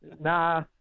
Nah